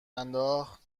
انداخت